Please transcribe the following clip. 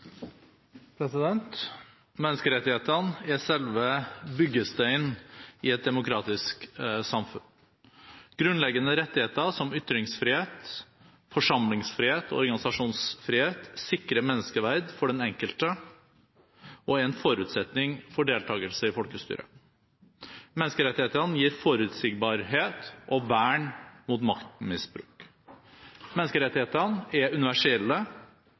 Menneskerettighetene er selve byggesteinene i et demokratisk samfunn. Grunnleggende rettigheter som ytringsfrihet, forsamlingsfrihet og organisasjonsfrihet sikrer menneskeverd for den enkelte og er en forutsetning for deltakelse i folkestyret. Menneskerettighetene gir forutsigbarhet og vern mot maktmisbruk. Menneskerettighetene er universelle.